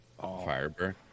Firebird